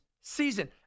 season